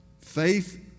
Faith